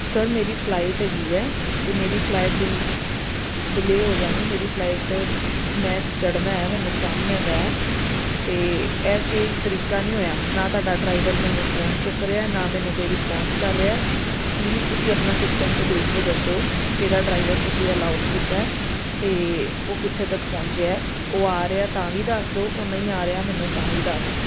sir ਮੇਰੀ flight ਹੈਗੀ ਹੈ ਅਤੇ ਮੇਰੀ ਫਲਾਈਟ ਡਿਲ ਡਿਲੇ ਹੋ ਜਾਣੀ ਮੇਰੀ ਫਲਾਈਟ ਮੈਂ ਚੜਨਾ ਆ ਮੈਨੂੰ ਕੰਮ ਹੈਗਾ ਹੈ ਅਤੇ ਇਹ ਕੋਈ ਤਰੀਕਾ ਨਹੀਂ ਹੋਇਆ ਨਾ ਤੁਹਾਡਾ ਡਰਾਈਵਰ ਮੈਨੂੰ ਫੋਨ ਚੁੱਕ ਰਿਹਾ ਨਾ ਮੈਨੂੰ ਕੋਈ ਰਿਸਪੋਂਸ ਕਰ ਰਿਹਾ ਪਲੀਜ਼ ਤੁਸੀਂ ਆਪਣਾ ਸਿਸਟਮ 'ਚ ਦੇਖ ਕੇ ਦੱਸੋ ਕਿਹੜਾ ਡਰਾਈਵਰ ਤੁਸੀਂ ਅਲਾਓਟ ਕੀਤਾ ਅਤੇ ਉਹ ਕਿੱਥੇ ਤੱਕ ਪਹੁੰਚਿਆ ਉਹ ਆ ਰਿਹਾ ਤਾਂ ਵੀ ਦੱਸ ਦਿਓ ਉਹ ਨਹੀਂ ਆ ਰਿਹਾ ਮੈਨੂੰ ਤਾਂ ਵੀ ਦੱਸ ਦਿਓ